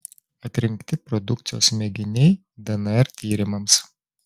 atrinkti produkcijos mėginiai dnr tyrimams